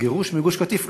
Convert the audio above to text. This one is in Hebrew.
הגירוש מגוש-קטיף,